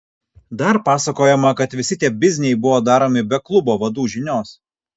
dar pasakojama kad visi tie bizniai buvo daromi be klubo vadų žinios